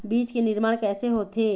बीज के निर्माण कैसे होथे?